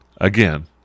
Again